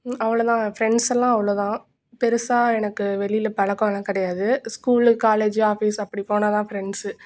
ம் அவ்வளோதாங்க ஃப்ரெண்ட்ஸ் எல்லாம் அவ்வளோ தான் பெரிசா எனக்கு வெளியில் பழக்கலாம் கிடையாது ஸ்கூலு காலேஜு ஆஃபீஸ் அப்படி போனால் தான் ஃப்ரெண்ட்ஸு